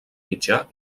mitjà